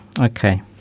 Okay